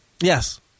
Yes